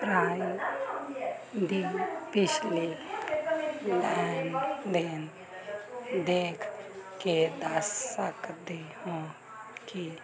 fry ਦੇ ਪਿਛਲੇ ਲੈਣ ਦੇਣ ਦੇਖ ਕੇ ਦੱਸ ਸਕਦੇ ਹੋ ਕਿ